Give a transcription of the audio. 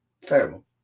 Terrible